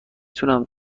تونم